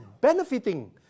benefiting